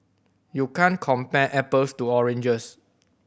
you can't compare apples to oranges